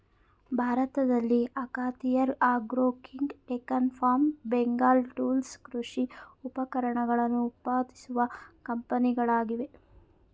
ಭಾರತದಲ್ಲಿ Akhatiyar agro king, Deccan farm, Bengal tools ಕೃಷಿ ಉಪಕರಣಗಳನ್ನು ಉತ್ಪಾದಿಸುವ ಕಂಪನಿಗಳಾಗಿವೆ